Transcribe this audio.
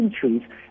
centuries